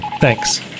Thanks